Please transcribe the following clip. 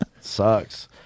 Sucks